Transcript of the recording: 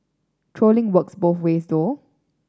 trolling works both ways though